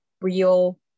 real